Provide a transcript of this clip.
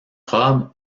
robe